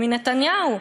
מנתניהו.